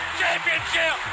championship